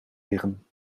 liggen